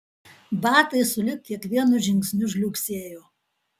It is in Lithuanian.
batai sulig kiekvienu žingsniu žliugsėjo